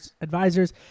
advisors